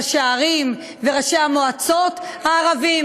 ראשי הערים וראשי המועצות הערבים,